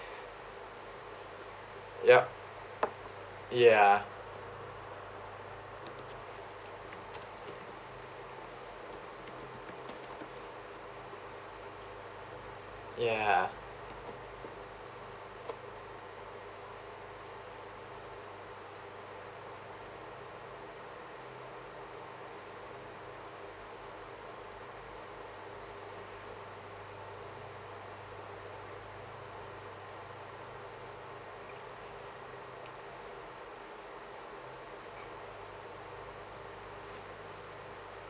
ya yeah yeah